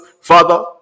father